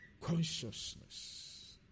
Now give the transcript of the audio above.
consciousness